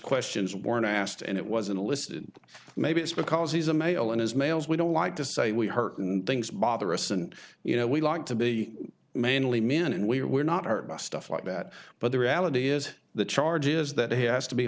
questions weren't asked and it wasn't listed maybe it's because he's a male and his males we don't like to say we hurt and things bother us and you know we like to be manly men and we are we're not our best stuff like that but the reality is the charge is that has to be